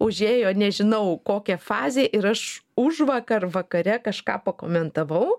užėjo nežinau kokia fazė ir aš užvakar vakare kažką pakomentavau